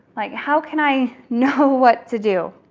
like how can i know what to do?